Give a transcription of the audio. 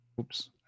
oops